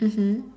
mmhmm